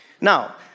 Now